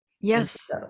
Yes